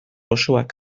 osoak